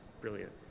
brilliant